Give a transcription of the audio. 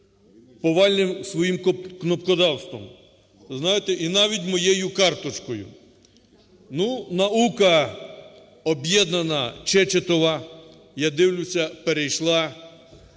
повальним своїм кнопкодавством, знаєте, і навіть моєю карточкою. Ну, наука об'єднана Чечетова, я дивлюся, перейшла